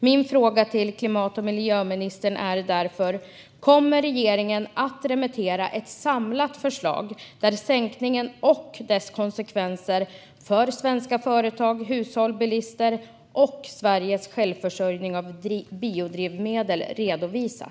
Min fråga till klimat och miljöministern är därför: Kommer regeringen att remittera ett samlat förslag där sänkningen och dess konsekvenser för svenska företag, hushåll och bilister samt Sveriges självförsörjning av biodrivmedel redovisas?